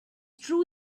true